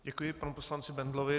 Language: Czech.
Děkuji panu poslanci Bendlovi.